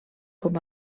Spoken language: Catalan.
com